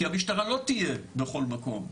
כי המשטרה לא תהיה בכל מקום.